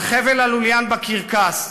על חבל הלוליין בקרקס,